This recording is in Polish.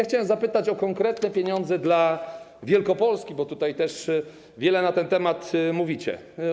Chciałem zapytać o konkretne pieniądze dla Wielkopolski, bo tutaj wiele na ten temat mówicie.